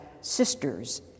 sisters